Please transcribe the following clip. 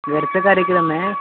घरचा कार्यक्रम आहे